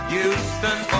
Houston